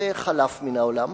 זה חלף מהעולם,